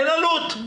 אין עלות.